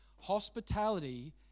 Hospitality